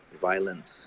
violence